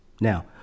Now